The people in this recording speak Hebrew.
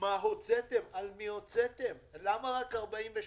מה הוצאתם, על מי הוצאתם, למה רק 48%